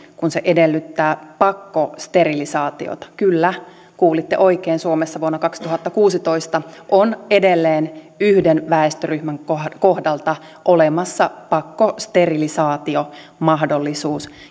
kuin se edellyttää pakkosterilisaatiota kyllä kuulitte oikein suomessa vuonna kaksituhattakuusitoista on edelleen yhden väestöryhmän kohdalla kohdalla olemassa pakkosterilisaatiomahdollisuus